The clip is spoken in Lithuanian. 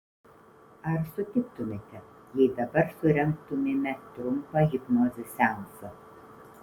ar sutiktumėte jei dabar surengtumėme trumpą hipnozės seansą